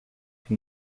from